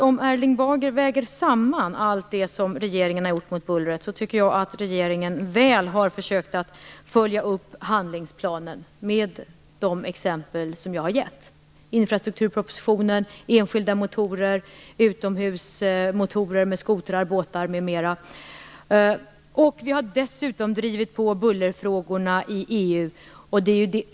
Om man väger samman allt det som regeringen har gjort mot buller tycker jag att regeringen väl har försökt att följa upp handlingsplanen genom de exempel som jag har gett, t.ex. infrastrukturpropositionen, enskilda motorer, utomhusmotorer, skotrar, båtar m.m. Vi har dessutom drivit på bullerfrågorna i EU.